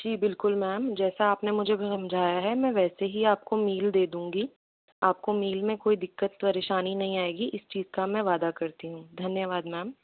जी बिल्कुल मैम जैसा आपने मुझे समझाया है मैं वैसे ही आपको मील दे दूँगी आपको मील में कोई दिक्कत परेशानी नहीं आएगी आपको इस चीज़ का मैं वादा करती हूँ धन्यवाद मैम